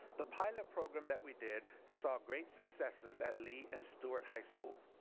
the pilot program that we did saw great successes at lee and stuart high school.